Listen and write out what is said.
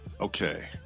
Okay